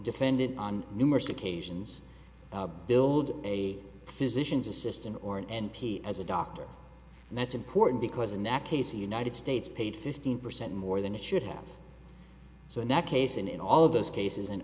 defendant on numerous occasions build a physicians assistant or an m p as a doctor and that's important because in that case the united states paid fifteen percent more than it should have so in that case and in all of those cases and